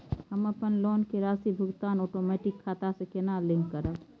हम अपन लोन के राशि भुगतान ओटोमेटिक खाता से केना लिंक करब?